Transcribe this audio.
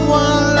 one